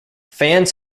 fans